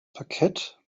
parkett